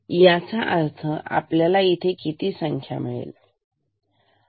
याचा अर्थ आपल्याला इथे किती संख्या मिळेल